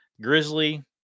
grizzly